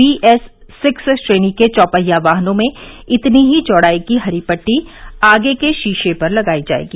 B S six श्रेणी के चौपहिया वाहनों में इतनी ही चौड़ाई की हरी पट्टी आगे के शीशे पर लगाई जाएगी